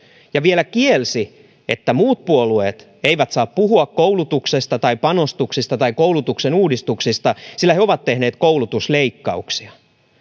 ja vielä kielsi että muut puolueet eivät saa puhua koulutuksesta tai panostuksista tai koulutuksen uudistuksista sillä he ovat tehneet koulutusleikkauksia